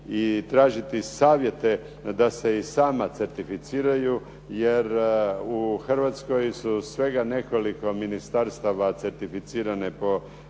i tražiti savjete da se i sama certificiraju, jer u Hrvatskoj su svega nekoliko ministarstva certificirana po isto